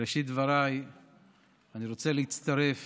בראשית דבריי אני רוצה להצטרף